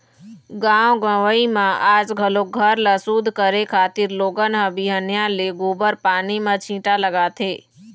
गाँव गंवई म आज घलोक घर ल सुद्ध करे खातिर लोगन ह बिहनिया ले गोबर पानी म छीटा लगाथे